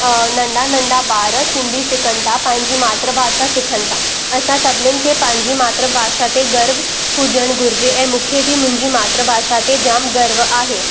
नंढा नंढा ॿार सिंधी सिखनि था पंहिंजी मात्र भाषा सिखनि था असां सभिनीनि खे पंहिंजी मात्र भाषा ते गर्व हुजणु घुरिजे ऐं मूंखे बि मुंहिंजी मात्र भाषा ते जामु गर्व आहे